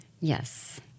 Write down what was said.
Yes